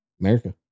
America